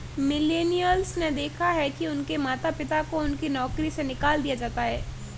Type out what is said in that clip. millennials ने देखा है कि उनके माता पिता को उनकी नौकरी से निकाल दिया जाता है